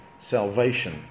salvation